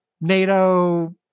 nato